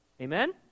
Amen